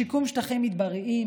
שיקום שטחים מדבריים,